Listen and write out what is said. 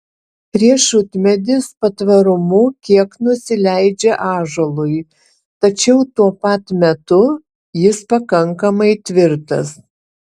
riešutmedis patvarumu kiek nusileidžia ąžuolui tačiau tuo pat metu jis pakankamai tvirtas